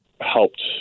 helped